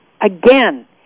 again